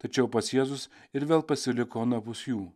tačiau pats jėzus ir vėl pasiliko anapus jų